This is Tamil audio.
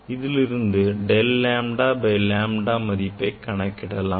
இதிலிருந்து நாம் del lambda by lambda மதிப்பை கணக்கிடலாம்